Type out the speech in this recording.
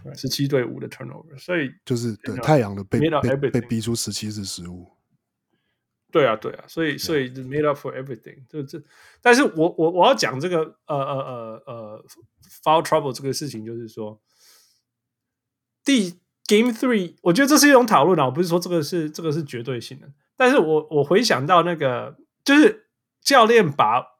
Right.17对五的turnover，所以就是- 对，you know,太阳的被-made up被- 被everything。逼出17是15。对啊，对啊，所以-Yeah.所以就made up for everything，这- 这- 但是我- 我- 我要讲这个，呃，呃，呃，呃，foul trouble这个事情就是说，第- Game 3- 我觉得这是一种讨论啊，我不是说这个是- 这个是绝对性的，但是我- 我回想到那个- 就是教练把